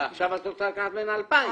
אבל עכשיו את רוצה לקחת ממנה 2,000,